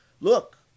look